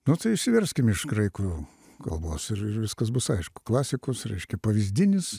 nu tai išverskim iš graikų kalbos ir ir viskas bus aišku klasikus reiškia pavyzdinis